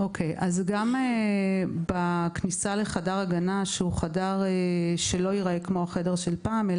גם בכניסה לחדר הגנה שהוא חדר שלא ייראה כמו החדר של פעם,